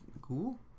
cool